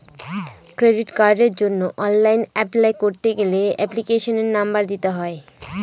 credit কার্ডের জন্য online apply করতে গেলে এপ্লিকেশনের নম্বর দিতে হয়